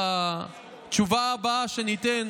בתשובה הבאה שניתן